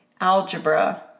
algebra